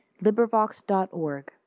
librivox.org